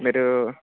మీరు